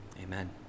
Amen